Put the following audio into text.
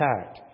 attack